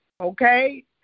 okay